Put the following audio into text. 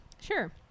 Sure